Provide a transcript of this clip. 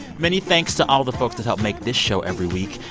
many thanks to all the folks that help make this show every week.